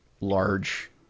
large